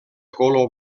color